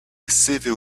civil